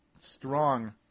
strong